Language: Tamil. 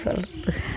சொல்லுறது